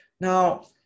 Now